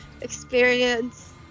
experience